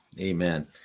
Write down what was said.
amen